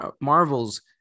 Marvel's